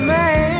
Man